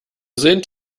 sind